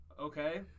okay